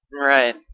Right